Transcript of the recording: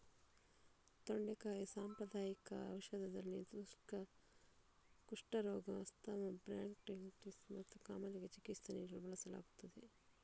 ತೊಂಡೆಕಾಯಿ ಸಾಂಪ್ರದಾಯಿಕ ಔಷಧದಲ್ಲಿ, ಕುಷ್ಠರೋಗ, ಆಸ್ತಮಾ, ಬ್ರಾಂಕೈಟಿಸ್ ಮತ್ತು ಕಾಮಾಲೆಗೆ ಚಿಕಿತ್ಸೆ ನೀಡಲು ಬಳಸಲಾಗುತ್ತದೆ